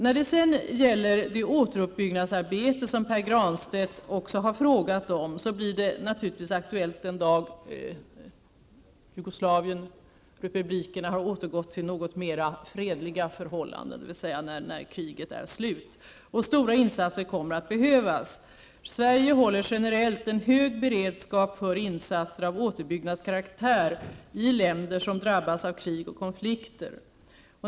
När det sedan gäller det återuppbyggnadsarbete som Pär Granstedt också har frågat om, blir det naturligtvis aktuellt den dag när republikerna i Jugoslavien har återgått till något mera fredliga förhållanden, dvs. när kriget är slut. Stora insatser kommer att behövas. Sverige håller generellt en hög beredskap för insatser av återuppbyggnadskaraktär i länder som drabbats av krig och konflikter.